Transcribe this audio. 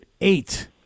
eight